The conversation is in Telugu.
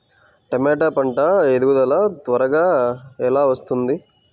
టమాట పంట ఎదుగుదల త్వరగా ఎలా వస్తుంది?